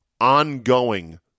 ongoing